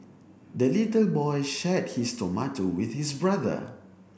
the little boy shared his tomato with his brother